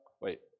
wait